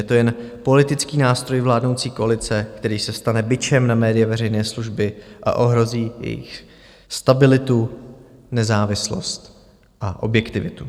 Je to jen politický nástroj vládnoucí koalice, který se stane bičem na média veřejné služby a ohrozí jejich stabilitu, nezávislost a objektivitu.